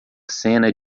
cena